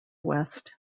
west